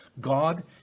God